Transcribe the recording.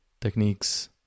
techniques